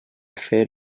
fer